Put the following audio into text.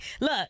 Look